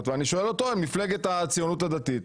ואני שואל אותו אם מפלגת הציונות הדתית,